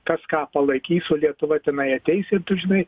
kas ką palaikys o lietuva tenai ateis ir tu žinai